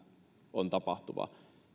on tapahtuva